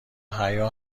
حیا